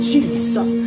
Jesus